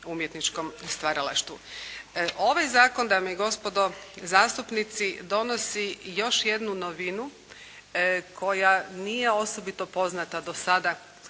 umjetničkom stvaralaštvu. Ovaj zakon, dame i gospodo zastupnici, donosi još jednu novinu koja nije osobiti poznata do sada